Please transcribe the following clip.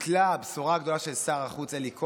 הבשורה הגדולה של שר החוץ אלי כהן: